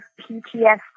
PTSD